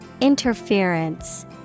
Interference